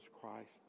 Christ